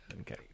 Okay